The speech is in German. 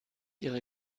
ihre